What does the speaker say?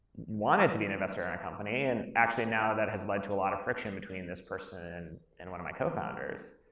wanted to be an investor in our company and actually now, that has led to a lot of friction between this person and one of my co-founders.